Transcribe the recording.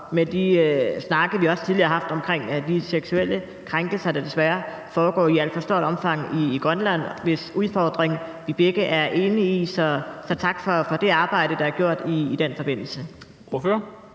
til de snakke, vi også tidligere haft om de seksuelle krænkelser, der desværre foregår i alt for stort omfang i Grønland, og som vi begge er enige om er en udfordring. Så tak for det arbejde, der er gjort i den forbindelse.